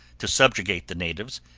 to subjugate the natives,